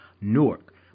Newark